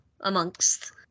amongst